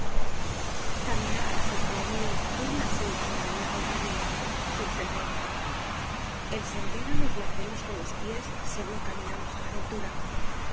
caminamos orfeo mío por una selva enmarañada y bravía sin senderos el sendero nos lo hacemos con los pies según caminamos a la ventura